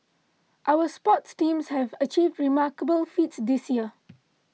our sports teams have achieved remarkable feats this year